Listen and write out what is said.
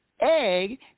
egg